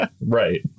Right